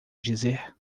dizer